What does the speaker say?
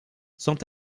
sont